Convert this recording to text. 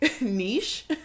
niche